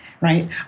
Right